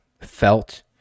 felt